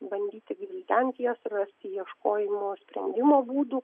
bandyti gvildenti jas rasti ieškojimo sprendimo būdų